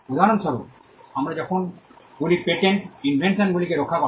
উদাহরণস্বরূপ যখন আমরা বলি পেটেন্ট ইনভেনশনগুলিকে রক্ষা করে